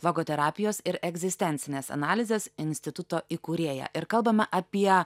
logoterapijos ir egzistencinės analizės instituto įkūrėja ir kalbame apie